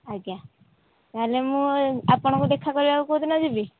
ଆଜ୍ଞା ତା'ହେଲେ ମୁଁ ଆପଣଙ୍କୁ ଦେଖାକରିବାକୁ କେଉଁ ଦିନ ଯିବି